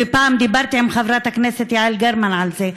ופעם דיברתי עם חברת הכנסת יעל גרמן על זה,